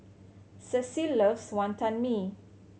Cecile loves Wonton Mee